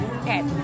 Okay